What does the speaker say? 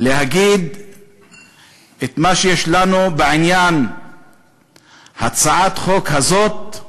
להגיד את מה שיש לנו בעניין הצעת החוק הזאת,